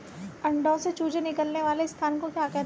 अंडों से चूजे निकलने वाले स्थान को क्या कहते हैं?